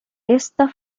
esta